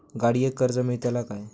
गाडयेक कर्ज मेलतला काय?